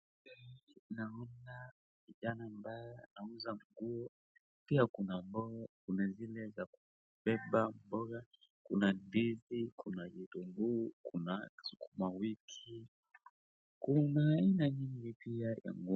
Picha hii naona kijana ambaye anauza nguo, pia kuna mboga, kuna zile za kubeba mboga, kuna ndizi, kuna kitunguu, kuna sukuma wiki, kuna aina mingi pia ya mboga.